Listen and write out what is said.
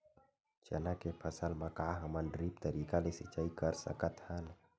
चना के फसल म का हमन ड्रिप तरीका ले सिचाई कर सकत हन?